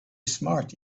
smart